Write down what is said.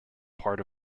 part